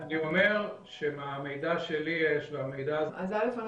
אני אומר שמהמידע שלי יש והמידע הזה --- אז דבר ראשון,